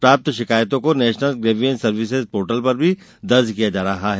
प्राप्त शिकायतों को नेशनल ग्रेवियेंस सर्विसेज पोर्टल पर भी दर्ज किया जा रहा है